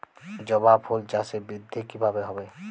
জবা ফুল চাষে বৃদ্ধি কিভাবে হবে?